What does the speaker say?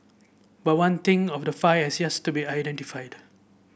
but one thing of the five has yes to be identified